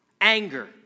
Anger